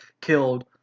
killed